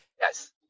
Yes